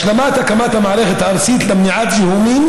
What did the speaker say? השלמת הקמת המערכת הארצית למניעת זיהומים